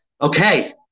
Okay